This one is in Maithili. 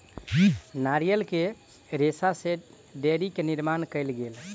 नारियल के रेशा से डोरी के निर्माण कयल गेल